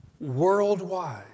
worldwide